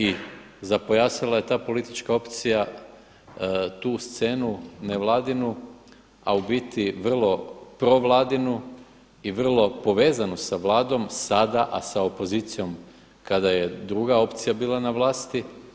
I zapojasala je ta politička opcija tu scenu nevladinu, a u biti vrlo provladinu i vrlo povezanu sa Vladom sada, a sa opozicijom kada je druga opcija bila na vlasti.